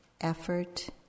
effort